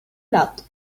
lot